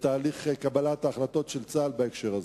בתהליך קבלת ההחלטות של צה"ל בהקשר הזה.